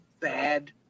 bad